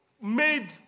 made